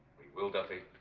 will duffy